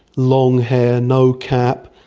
long hair, no cap,